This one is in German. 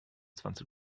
zwanzig